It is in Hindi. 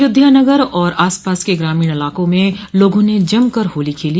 अयोध्या नगर और आस पास के ग्रामीण इलाकों में लोगों ने जमकर होली खेली